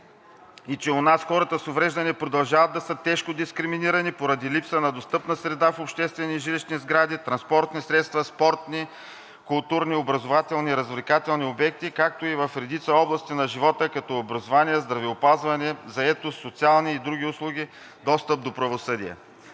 и че у нас хората с увреждания продължават да са тежко дискриминирани поради липса на достъпна среда в обществени и жилищни сгради, транспортни средства, спортни, културни, образователни и развлекателни обекти, както и в редица области на живота като образование, здравеопазване, заетост, социални и други услуги, достъп до правосъдие.